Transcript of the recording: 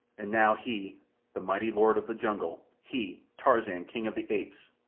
and now he the mighty lord of the jungle he, tarzan, king of the apes,